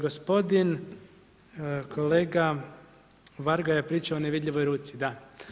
Gospodin kolega Varga je pričao o nevidljivoj ruci, da.